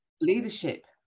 leadership